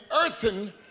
earthen